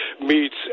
meets